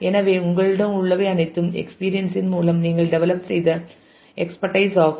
எனவே உங்களிடம் உள்ளவை அனைத்தும் எக்ஸ்பீரியன்ஸ் இன் மூலம் நீங்கள் டெவலப் செய்த எக்ஸ்பட்டைஸ் ஆகும்